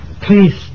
please